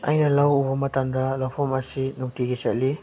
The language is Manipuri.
ꯑꯩꯅ ꯂꯧ ꯎꯕ ꯃꯇꯝꯗ ꯂꯧꯐꯝ ꯑꯁꯤ ꯅꯨꯡꯇꯤꯒꯤ